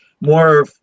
more